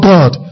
God